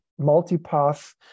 multipath